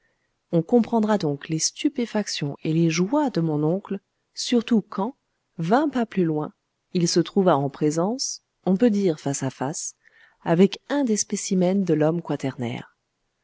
on comprendra donc les stupéfactions et les joies de mon oncle surtout quand vingt pas plus loin il se trouva en présence on peut dire face à face avec un des spécimens de l'homme